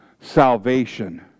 salvation